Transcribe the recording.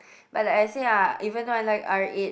but like I say ah even though I like R eight